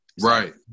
Right